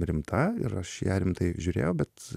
rimta ir aš į ją rimtai žiūrėjau bet